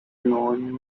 lawn